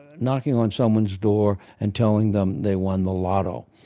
knocking on someone's door and telling them they won the lotto.